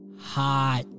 Hot